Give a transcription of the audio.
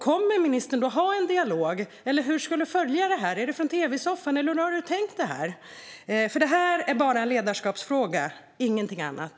Kommer ministern att ha en dialog? Hur ska hon följa detta? Är det från tv-soffan, eller hur har hon tänkt sig det hela? Detta är bara en ledarskapsfråga - ingenting annat.